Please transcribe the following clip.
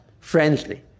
Friendly